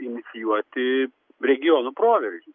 inicijuoti regionų proveržį